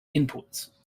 inputs